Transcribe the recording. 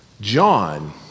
John